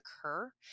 occur